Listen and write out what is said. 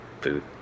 food